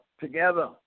together